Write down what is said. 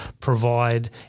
provide